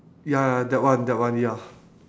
ya that one that one ya